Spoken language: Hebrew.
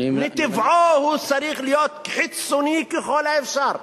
מטבעו הוא צריך להיות חיצוני ככל האפשר.